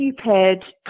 stupid